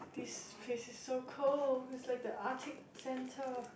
this place is so cold is like the arctic centre